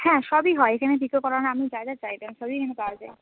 হ্যাঁ সবই হয় এখানে পিকো করা আপনি যা যা চাইবেন সবই পারবে